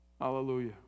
Hallelujah